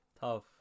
Tough